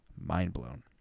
mind-blown